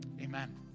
amen